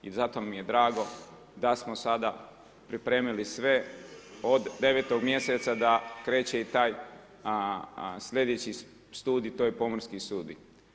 I zato mi je drago da smo sada pripremili sve od 9. mjeseca da kreće i taj sljedeći studij, to je Pomorski studij.